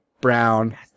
brown